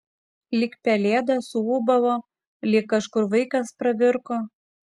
lyg pelėda suūbavo lyg kažkur vaikas pravirko